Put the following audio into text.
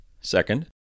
Second